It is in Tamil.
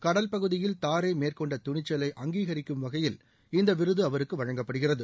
கடல் பகுதியில் தூரே மேற்கொண்ட துணிச்சலை அங்கீகரிக்கும் வகையில் இந்த விருது அவருக்கு வழங்கப்படுகிறது